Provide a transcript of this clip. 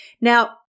Now